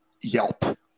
yelp